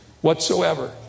whatsoever